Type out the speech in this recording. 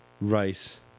Rice